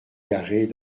garée